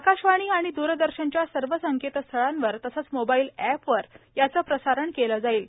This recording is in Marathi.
आकाशवाणी आणि द्रदर्शनच्या सर्व संकेतस्थळावर तसंच मोबाईल एपवर याचं प्रसारण केलं जाईल